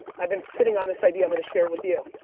i've been sitting on this idea, i'm gonna share it with you.